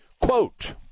Quote